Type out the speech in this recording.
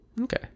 Okay